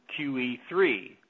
QE3